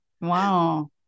Wow